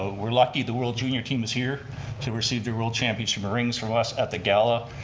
ah we're lucky the world junior team is here to receive their world championship rings through us at the gala.